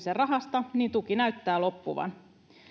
kyse rahasta niin tuki näyttää loppuvan